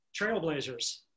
trailblazers